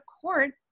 court